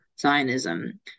Zionism